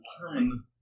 determine